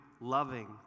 loving